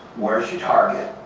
where's your target?